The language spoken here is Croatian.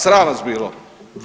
Sram vas bilo.